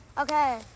Okay